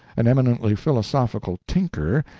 an eminently philosophical tinker,